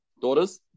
daughters